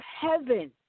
heaven